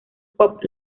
pop